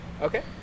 Okay